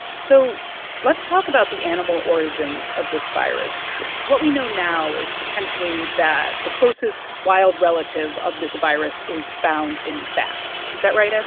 so let's talk about the animal origins of this virus sure what we know now is potentially that the closest wild relative of this virus is found in bats. is that right, ed?